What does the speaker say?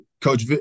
coach